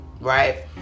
Right